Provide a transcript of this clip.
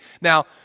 Now